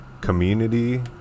community